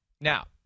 Now